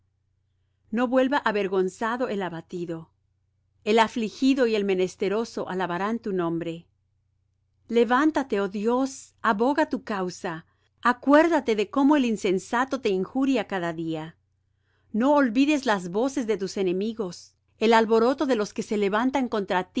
no vuelva avergonzado el abatido el afligido y el menesteroso alabarán tu nombre levántate oh dios aboga tu causa acuérdate de cómo el insensato te injuria cada día no olvides las voces de tus enemigos el alboroto de los que se levantan contra